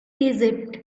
egypt